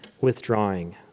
withdrawing